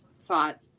thought